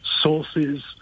sources